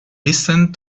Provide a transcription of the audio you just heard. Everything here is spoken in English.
listened